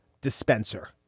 Dispenser